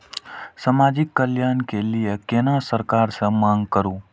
समाजिक कल्याण के लीऐ केना सरकार से मांग करु?